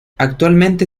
actualmente